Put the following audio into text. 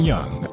Young